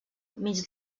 mig